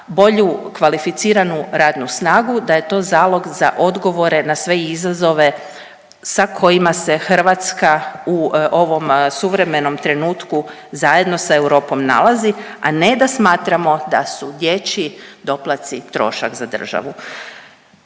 bolju, kvalificiranu radnu snagu, da je to zalog za odgovore na sve izazove sa kojima se Hrvatska u ovom suvremenom trenutku, zajedno sa Europom nalazi, a ne da smatramo da su dječji doplaci trošak za državu.